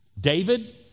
David